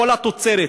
כל התוצרת,